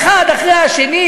האחד אחרי שני,